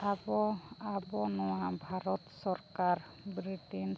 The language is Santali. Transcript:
ᱟᱵᱚ ᱟᱵᱚ ᱱᱚᱣᱟ ᱵᱷᱟᱨᱚᱛ ᱥᱚᱨᱠᱟᱨ ᱵᱨᱤᱴᱤᱥ